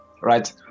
right